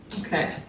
Okay